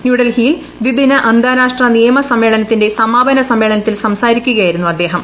ന്യൂഡൽഹിയിൽ ദ്വിദിന അന്താരാഷ്ട്ര നിയമ സമ്മേളനത്തിന്റെ സമാപന സമ്മേളനത്തിൽ സംസാരിക്കുക യായിരുന്നു അദ്ദേഹം